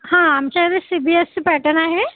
हां आमच्याकडे C B S ईची पॅटन आहे